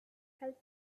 help